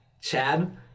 chad